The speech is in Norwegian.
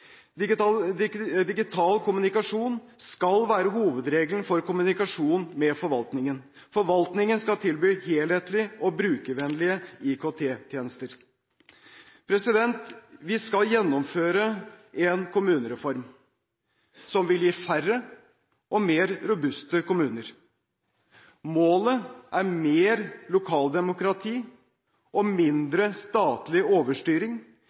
Digital kommunikasjon skal være hovedregelen for kommunikasjon med forvaltningen. Forvaltningen skal tilby helhetlige og brukervennlige IKT-tjenester. Vi skal gjennomføre en kommunereform som vil gi færre og mer robuste kommuner. Målet er mer lokaldemokrati og mindre statlig overstyring,